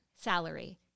salary